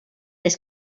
les